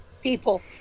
People